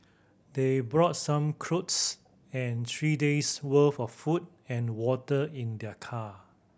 they brought some clothes and three days worth of food and water in their car